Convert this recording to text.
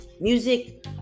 music